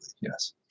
yes